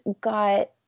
got